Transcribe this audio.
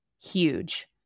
huge